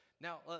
now